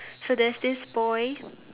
so there's this boy